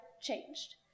changed